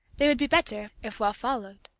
they would be better, if well followed.